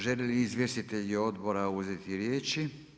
Žele li izvjestitelj odbora uzeti riječi?